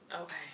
Okay